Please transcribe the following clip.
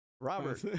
Robert